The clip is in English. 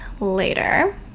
later